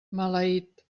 maleït